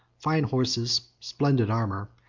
fine horses, splendid armor,